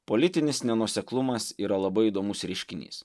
politinis nenuoseklumas yra labai įdomus reiškinys